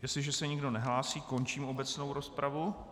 Jestliže se nikdo nehlásí, končím obecnou rozpravu...